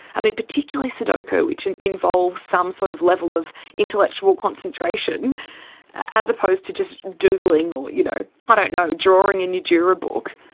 i mean particularly sudoku, which and involves some sort of level of intellectual concentration as opposed to just doodling, you know i don't know, drawing in your juror book,